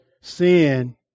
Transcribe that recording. sin